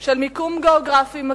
של מיקום גיאוגרפי מקסים,